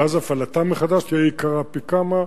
ואז הפעלתם מחדש תהיה יקרה פי כמה.